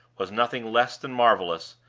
was nothing less than marvelous,